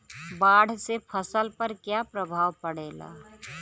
बाढ़ से फसल पर क्या प्रभाव पड़ेला?